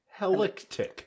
Helictic